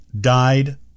died